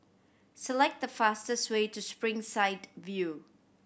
select the fastest way to Springside View